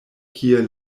kie